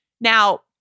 Now